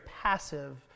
passive